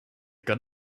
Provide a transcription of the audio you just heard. got